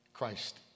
Christ